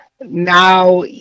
now